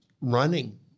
running